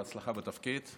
בהצלחה בתפקיד.